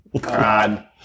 God